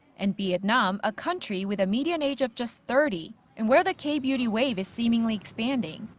and vietnam, a country with a median age of just thirty, and where the k-beauty wave is seemingly expanding.